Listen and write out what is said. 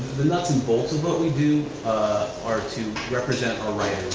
the nuts and bolts of what we do are to represent our writers,